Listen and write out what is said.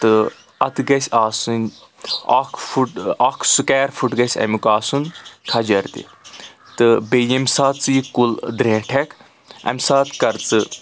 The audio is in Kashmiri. تہٕ اَتھ گژھِ آسٕنۍ اکھ فُٹ اکھ سُکَیر فُٹ گژھِ اَمِیُک آسُن کھَجَر تہِ تہٕ بیٚیہِ ییٚمہِ ساتہٕ ژٕ یہِ کُل درٛٮ۪نٛٹھؠک امہِ ساتہٕ کر ژٕ